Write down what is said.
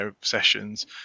sessions